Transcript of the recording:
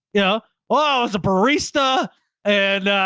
you know whoa. it was a barista and,